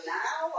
now